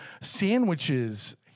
sandwiches